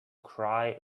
cry